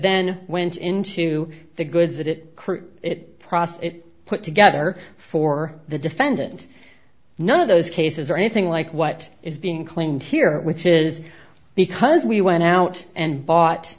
then went into the goods that it processed it put together for the defendant none of those cases or anything like what is being claimed here which is because we went out and bought